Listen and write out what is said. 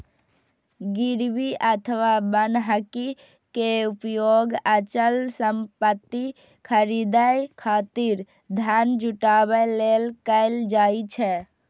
गिरवी अथवा बन्हकी के उपयोग अचल संपत्ति खरीदै खातिर धन जुटाबै लेल कैल जाइ छै